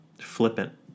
flippant